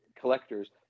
collectors